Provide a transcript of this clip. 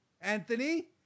Anthony